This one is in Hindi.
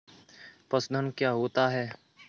पशुधन क्या होता है?